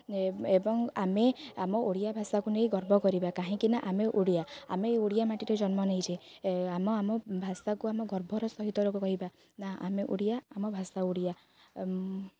ଏବଂ ଆମେ ଆମ ଓଡ଼ିଆ ଭାଷାକୁ ନେଇ ଗର୍ବ କରିବା କାହିଁକିନା ଆମେ ଓଡ଼ିଆ ଆମେ ଓଡ଼ିଆ ମାଟିରେ ଜନ୍ମ ନେଇଛେ ଆମ ଆମ ଭାଷାକୁ ଆମ ଗର୍ବର ସହିତ ଲୋକ କହିବା ନା ଆମେ ଓଡ଼ିଆ ଆମ ଭାଷା ଓଡ଼ିଆ